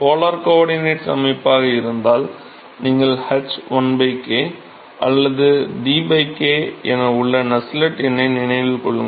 polar coordinates அமைப்பாக இருந்தால் நீங்கள் h l k அல்லது d k என உள்ள நஸ்செல்ட் எண்ணை நினைவில் கொள்ளுங்கள்